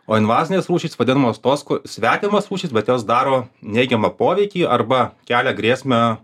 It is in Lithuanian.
o invazinės rūšys vadinamos tos kur svetimos rūšys bet jos daro neigiamą poveikį arba kelia grėsmę